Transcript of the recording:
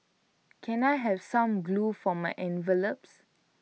can I have some glue for my envelopes